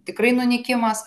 tikrai nunykimas